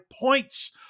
points